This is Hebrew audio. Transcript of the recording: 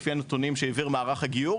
לפי הנתונים שהעביר מערך הגיור.